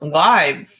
live